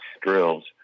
drills